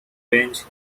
range